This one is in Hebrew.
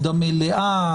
המלאה,